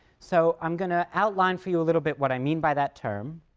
so, i'm going to outline for you a little bit what i mean by that term,